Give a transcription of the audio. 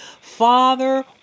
Father